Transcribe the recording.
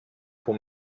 bon